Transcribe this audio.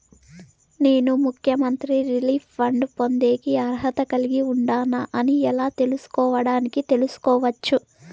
నేను ముఖ్యమంత్రి relief fund పొందేకి అర్హత కలిగి ఉండానా అని ఎలా తెలుసుకోవడానికి తెలుసుకోవచ్చు